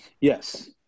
Yes